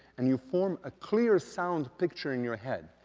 and you form a clear sound picture in your head.